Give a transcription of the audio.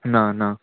ना ना